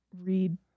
read